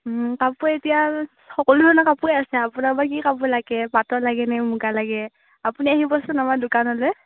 ও কাপোৰ এতিয়া সকলো ধৰণৰ কাপোৰে আছে আপোনাক বা কি কাপোৰ লাগে পাটৰ লাগেনে মুগাৰ লাগে আপুনি আহিবচোন আমাৰ দোকানলৈ